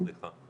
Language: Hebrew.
נטליה, סליחה.